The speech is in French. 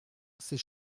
ses